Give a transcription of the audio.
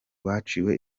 baciwe